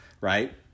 right